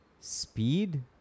speed